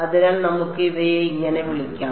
അതിനാൽ നമുക്ക് ഇവയെ ഇങ്ങനെ വിളിക്കാം